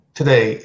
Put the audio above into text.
today